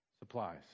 supplies